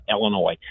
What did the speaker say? Illinois